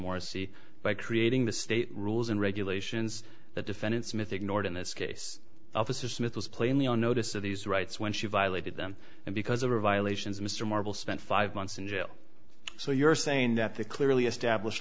morsi by creating the state rules and regulations that defendant smith ignored in this case officer smith was plainly on notice of these rights when she violated them and because of her violations mr marble spent five months in jail so you're saying that the clearly establish